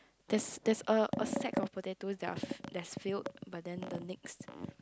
there's there's a a sack of potatoes that are f~ that's filled but then the next